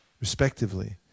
respectively